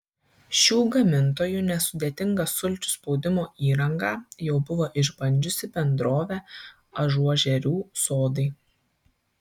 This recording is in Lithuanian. šių gamintojų nesudėtingą sulčių spaudimo įrangą jau buvo išbandžiusi bendrovė ažuožerių sodai